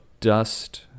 dust